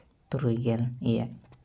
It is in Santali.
ᱛᱩᱨᱩᱭ ᱜᱮᱞ ᱮᱭᱟᱭ